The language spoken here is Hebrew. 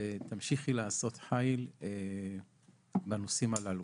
ותמשיכי לעשות חיל בנושאים הללו.